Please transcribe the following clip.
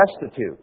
destitute